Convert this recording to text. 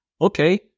okay